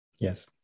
yes